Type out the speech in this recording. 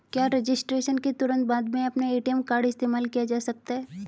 क्या रजिस्ट्रेशन के तुरंत बाद में अपना ए.टी.एम कार्ड इस्तेमाल किया जा सकता है?